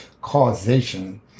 causation